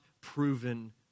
proven